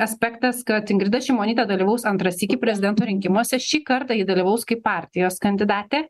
aspektas kad ingrida šimonytė dalyvaus antrą sykį prezidento rinkimuose šį kartą ji dalyvaus kaip partijos kandidatė